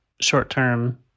short-term